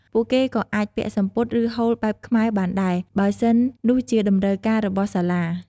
ពួកគេ ក៏អាចពាក់សំពត់ ឬ ហូលបែបខ្មែរបានដែរ បើសិននោះជាតម្រូវការរបស់សាសា។